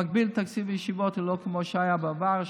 במקביל, תקציב הישיבות הוא לא כמו שהיה בעבר.